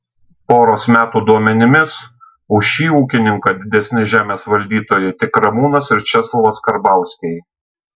poros metų duomenimis už šį ūkininką didesni žemės valdytojai tik ramūnas ir česlovas karbauskiai